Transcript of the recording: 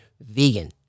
vegan